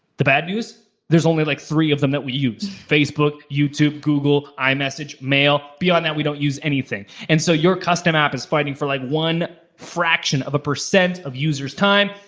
the bad news? there's only like three of them that we use facebook, youtube, google, imessage, mail, beyond that we don't use anything. and so your custom app is fighting for like one fraction of a percent of user's time.